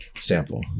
sample